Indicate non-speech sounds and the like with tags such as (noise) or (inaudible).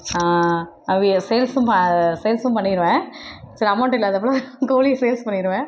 (unintelligible) சேல்ஸும் பா சேல்ஸும் பண்ணிடுவேன் சில அமௌண்ட் இல்லாதப்போலாம் கோழிய சேல்ஸ் பண்ணிடுவேன்